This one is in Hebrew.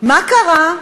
מה קרה?